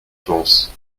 pense